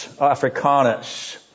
Africanus